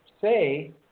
say